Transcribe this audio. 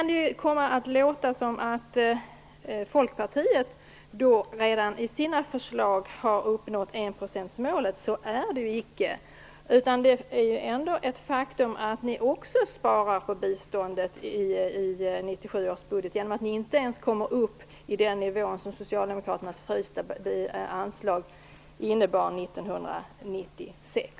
Det kan låta som om Folkpartiet i sina förslag redan har uppnått enprocentsmålet. Så är det ju icke. Det är ett faktum att ni också sparar på biståndet i 1997 års budget genom att ni inte ens kommer upp i den nivå som Socialdemokraternas frysta anslag innebar 1996.